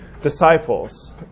Disciples